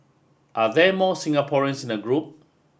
are there more Singaporeans in the group